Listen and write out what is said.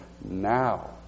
now